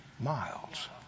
miles